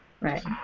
Right